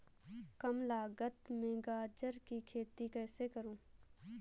कम लागत में गाजर की खेती कैसे करूँ?